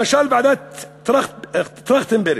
למשל ועדת-טרכטנברג,